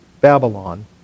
Babylon